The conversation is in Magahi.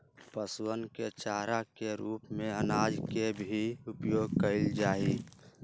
पशुअन के चारा के रूप में अनाज के भी उपयोग कइल जाहई